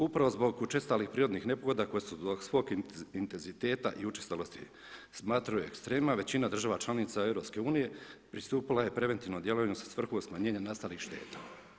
Upravo zbog učestalih prirodnih nepogoda koje su zbog svog intenziteta i učestalosti smatraju ekstremima, većina država članica EU pristupila je preventivnom djelovanju sa svrhom smanjenja nastalih šteta.